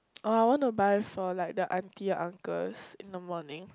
oh I want to buy for like the auntie uncles in the morning